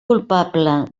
culpable